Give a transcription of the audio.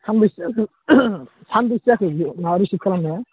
सानबैसे जाखो सानबैसे जाखो माबा रिसिभ खालामनाया